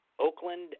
Oakland